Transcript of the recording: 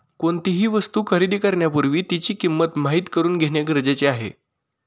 कोणतीही वस्तू खरेदी करण्यापूर्वी तिची किंमत माहित करून घेणे गरजेचे आहे